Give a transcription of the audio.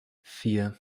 vier